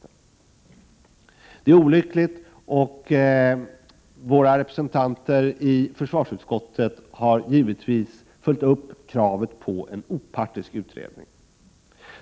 Detta är olyckligt, och våra representanter i försvarsutskottet har givetvis följt upp kravet på en opartisk utredning.